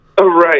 Right